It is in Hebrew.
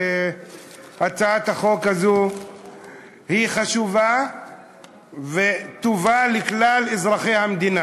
שהצעת החוק הזאת היא חשובה וטובה לכלל אזרחי המדינה.